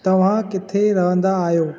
तव्हां किथे रहंदा आहियो